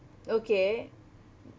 okay